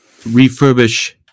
refurbish